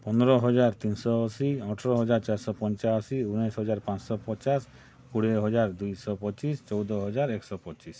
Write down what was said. ପନ୍ଦର ହଜାର ତିନିଶହ ଅଶୀ ଅଠର ହଜାର ଚାରିଶହ ପଞ୍ଚାଅଶୀ ଉଣେଇଶ ହଜାର ପାଞ୍ଚଶହ ପଚାଶ କୋଡ଼ିଏ ହଜାର ଦୁଇଶହ ପଚିଶ ଚଉଦ ହଜାର ଏକଶହ ପଚିଶ